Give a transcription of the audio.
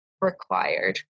required